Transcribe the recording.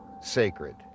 sacred